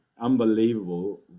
unbelievable